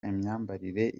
imyambarire